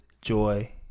joy